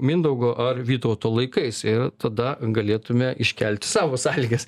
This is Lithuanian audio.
mindaugo ar vytauto laikais ir tada galėtume iškelti savo sąlygas